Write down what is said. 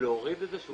את זה?